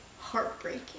heartbreaking